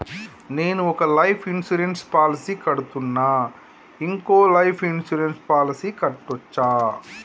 నేను ఒక life insurance policy కడ్తున్నా, ఇంకో లైఫ్ ఇన్సూరెన్స్ పాలసీ కట్టొచ్చా?